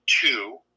two